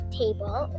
table